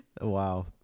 wow